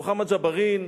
מוחמד ג'בארין,